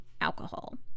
alcohol